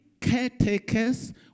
caretakers